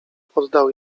oddał